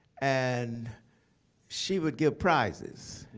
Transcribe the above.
and she would give prizes.